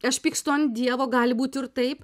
aš pykstu ant dievo gali būt ir taip